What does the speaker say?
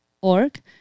org